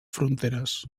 fronteres